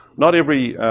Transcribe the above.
not every